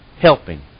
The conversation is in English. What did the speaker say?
helping